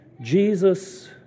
Jesus